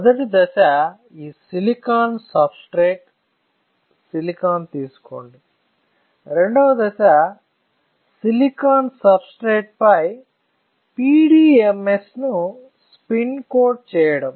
మొదటి దశ ఈ సిలికాన్ సబ్స్ట్రేట్ సిలికాన్ తీసుకోండి రెండవ దశ సిలికాన్ సబ్స్ట్రేట్ పై PDMS ను స్పిన్ కోట్ చేయడం